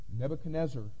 Nebuchadnezzar